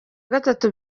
gatatu